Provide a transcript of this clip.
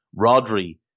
Rodri